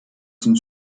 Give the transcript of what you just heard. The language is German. sind